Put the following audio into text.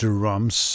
Drums